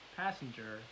passenger